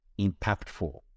impactful